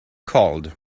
called